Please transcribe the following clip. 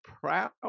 proud